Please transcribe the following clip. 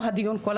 לקחת צעד אחורה,